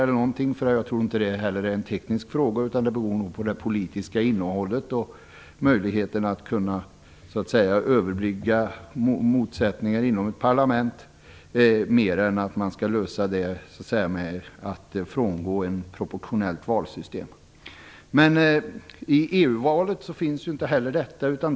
Jag tror inte att det i så fall är en teknisk fråga utan det beror nog på det politiska innehållet och på möjligheterna att överbrygga motsättningar inom ett parlament. Sådana frågor kan inte få sin lösning genom att man frångår det proportionella valsystemet. I EU-valet är dessa aspekter inte aktuella.